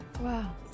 Wow